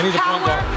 power